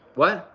what?